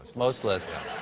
most lists.